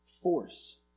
force